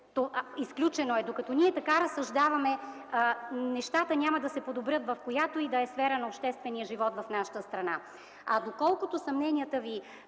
Изключено е! Докато така разсъждаваме, нещата няма да се подобрят в която и да е сфера на обществения живот в нашата страна. Доколкото съмненията ви